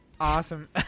awesome